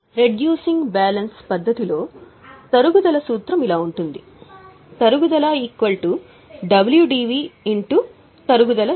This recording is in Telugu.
కాబట్టి తరుగుదల ఇలా లెక్కించబడుతుంది తరుగుదల WDV తరుగుదల రేటు